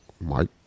Mike